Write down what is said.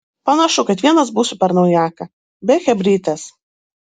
panašu kad vienas būsiu per naujaką be chebrytės